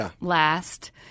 last